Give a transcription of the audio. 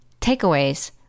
takeaways